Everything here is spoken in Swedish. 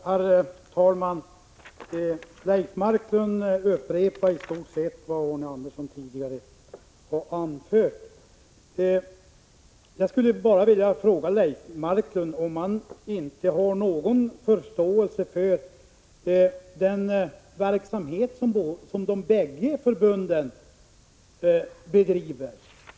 Herr talman! Leif Marklund upprepade i stort sett vad Arne Andersson i Ljung tidigare har anfört. Jag skulle vilja fråga Leif Marklund om han inte har någon förståelse för den verksamhet som bedrivs av bägge förbunden.